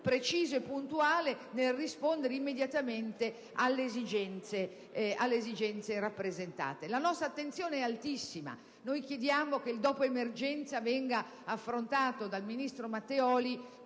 La nostra attenzione è altissima. Noi chiediamo che il dopo emergenza venga affrontato dal ministro Matteoli